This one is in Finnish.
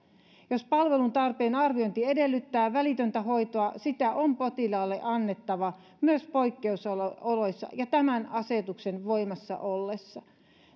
jos palvelutarpeen arviointi edellyttää välitöntä hoitoa sitä on potilaalle annettava myös poikkeusoloissa ja tämän asetuksen voimassa ollessa